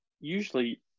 usually